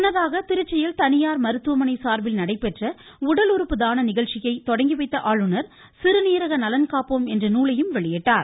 முன்னதாக திருச்சியில் தனியார் மருத்துவமனை சார்பில் நடைபெற்ற உடல் உறுப்பு தான நிகழ்ச்சியை தொடங்கி வைத்த ஆளுநர் சிறுநீரக நலன் காப்போம் என்ற நூலை வெளியிட்டார்